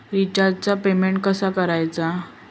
रिचार्जचा पेमेंट कसा करायचा?